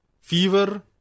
Fever